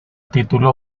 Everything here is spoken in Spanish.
tituló